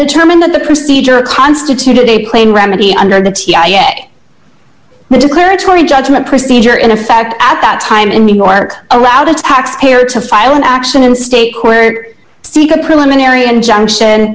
determined that the procedure constituted a plain remedy under the t i a the declaratory judgment procedure in a fact at that time in new york allow the taxpayer to file an action in state court seek a preliminary injunction